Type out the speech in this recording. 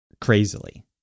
crazily